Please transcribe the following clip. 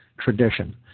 tradition